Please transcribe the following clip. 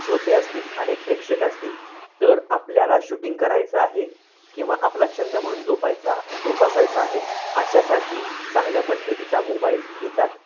श्रोते असतील अनेक प्रेक्षक असतील तर आपल्याला शूटिंग करायचं आहे किंवा आपला छंद म्हणून जोपायचा जोपासायचा आहे अशासाठी चांगल्या पद्धतीचा मोबाईल घेतात